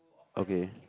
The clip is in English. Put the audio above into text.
okay